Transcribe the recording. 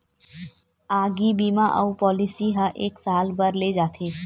आगी बीमा अउ पॉलिसी ह एक साल बर ले जाथे